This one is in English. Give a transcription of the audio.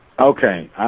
Okay